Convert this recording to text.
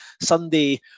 Sunday